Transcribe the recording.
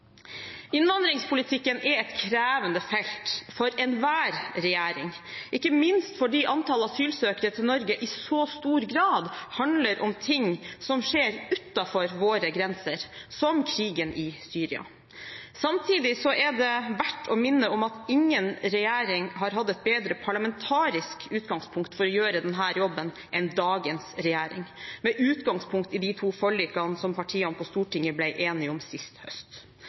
Innvandringspolitikken er et krevende felt for enhver regjering, ikke minst fordi antallet asylsøkere til Norge i så stor grad handler om ting som skjer utenfor våre grenser, som krigen i Syria. Samtidig er det verdt å minne om at ingen regjering har hatt et bedre parlamentarisk utgangspunkt for å gjøre denne jobben enn dagens regjering, med utgangspunkt i de to forlikene som partiene på Stortinget ble enige om sist høst.